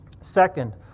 Second